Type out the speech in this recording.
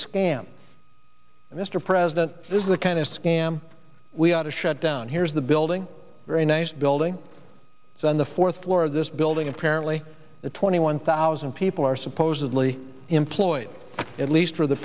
scam mr president this is the kind of scam we ought to shut down here's the building a very nice building on the fourth floor of this building apparently the twenty one thousand people are supposedly employed at least for the